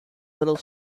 little